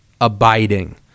abiding